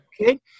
Okay